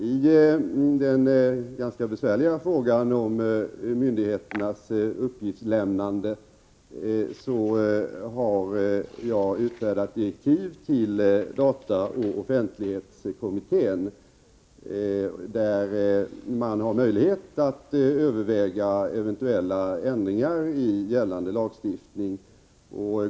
I den ganska besvärliga frågan om myndigheternas uppgiftslämnande har jag utfärdat direktiv till dataoch offentlighetskommittén, där man har möjlighet att överväga eventuella ändringar i gällande lagstiftning.